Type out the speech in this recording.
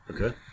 Okay